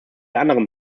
anderen